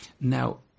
Now